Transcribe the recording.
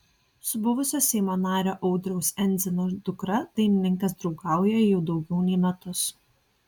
su buvusio seimo nario audriaus endzino dukra dainininkas draugauja jau daugiau nei metus